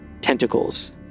tentacles